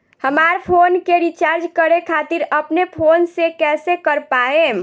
हमार फोन के रीचार्ज करे खातिर अपने फोन से कैसे कर पाएम?